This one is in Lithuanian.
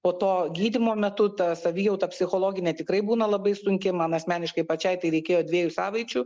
o to gydymo metu ta savijauta psichologinė tikrai būna labai sunki man asmeniškai pačiai tai reikėjo dviejų savaičių